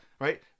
right